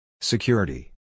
Security